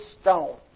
stone